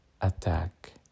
attack